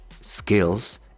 skills